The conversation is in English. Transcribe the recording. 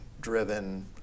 driven